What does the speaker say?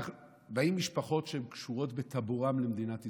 באות משפחות שהן קשורות בטבורן למדינת ישראל.